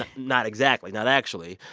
ah not exactly, not actually.